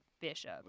bishop